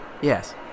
yes